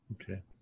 Okay